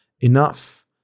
enough